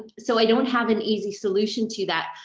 so i don't have an easy solution to that.